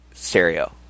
Stereo